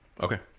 okay